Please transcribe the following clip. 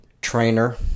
trainer